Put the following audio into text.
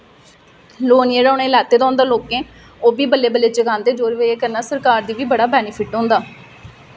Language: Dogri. लोन जेह्ड़ा उ'नें लैते दा होंदा लोकें ओह् बी बल्लें बल्लें चकादें जेह्दी बजह् कन्नै सरकार गी बी बड़ा बेनिफिट होंदा